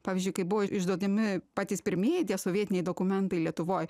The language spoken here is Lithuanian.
pavyzdžiui kai buvo išduodami patys pirmieji tie sovietiniai dokumentai lietuvoj